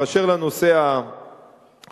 באשר לנושא החברתי